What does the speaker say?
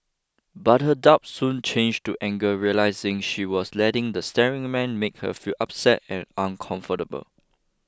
but her doubt soon changed to anger realising she was letting the staring man make her feel upset and uncomfortable